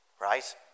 right